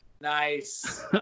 Nice